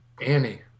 Annie